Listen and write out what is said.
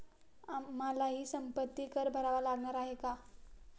आम्हालाही संपत्ती कर भरावा लागणार आहे का?